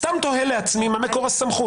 סתם תוהה לעצמי מה מקור הסמכות.